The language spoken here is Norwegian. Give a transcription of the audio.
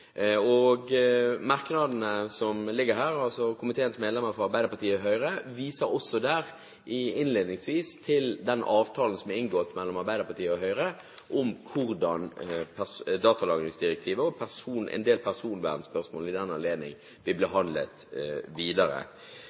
I merknadene som ligger fra komiteens medlemmer fra Arbeiderpartiet og Høyre, vises det innledningsvis til den avtalen som er inngått mellom Arbeiderpartiet og Høyre om hvordan datalagringsdirektivet og en del personvernspørsmål i den anledning vil bli behandlet videre.